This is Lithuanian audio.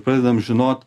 padedam žinot